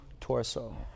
torso